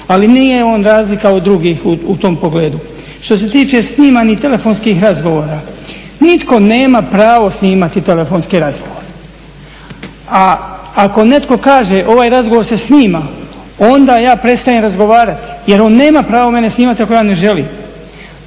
ali nije on razlika od drugih u tom pogledu. Što se tiče snimanih telefonskih razgovora, nitko nema pravo snimati telefonske razgovore, a ako netko kaže ovaj razgovor se snima onda ja prestajem razgovarati jer on nema pravo mene snimati ako ja ne želim.